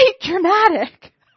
dramatic